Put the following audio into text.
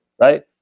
Right